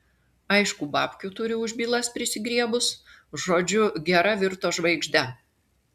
aišku babkių turi už bylas prisigriebus žodžiu gera virto žvaigžde